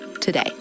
today